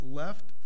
left